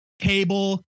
Cable